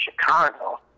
Chicago